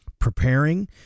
preparing